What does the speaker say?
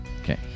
okay